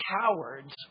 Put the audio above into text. cowards